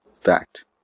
fact